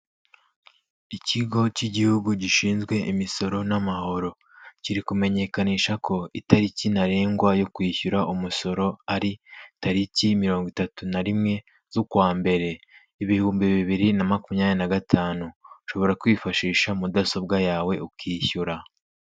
Ikigo k'igihugu gishinzwe imisoro n'amahoro, kiri kumenyekanisha ko itariki ntarengwa yo kwishyura umusoro ari tariki mirongo itatu na rimwe z'ukwambere ibihumbi bibiri na makumyabiri nagatanu, ushobora kwifashisha mudasobwa yawe ukishyura.